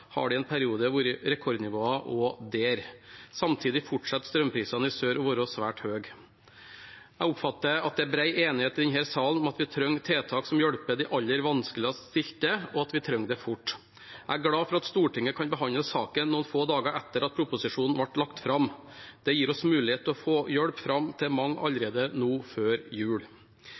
har det i en periode vært rekordnivåer også der. Samtidig fortsetter strømprisen i sør å være svært høy. Jeg oppfatter at det er bred enighet i denne sal om at vi trenger tiltak som hjelper de aller vanskeligst stilte, og at vi trenger dem fort. Jeg er glad for at Stortinget kan behandle saken noen få dager etter at proposisjonen ble lagt fram. Det gir oss muligheten til å få hjelp fram til mange allerede nå før jul.